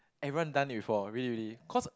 everyone done it before really really cause